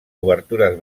obertures